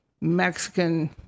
Mexican